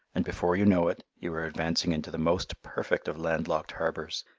and before you know it, you are advancing into the most perfect of landlocked harbours.